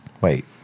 Wait